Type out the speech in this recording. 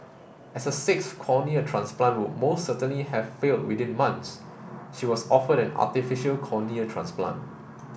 as a sixth cornea transplant would most certainly have failed within months she was offered an artificial cornea transplant